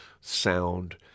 sound